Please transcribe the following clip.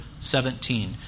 17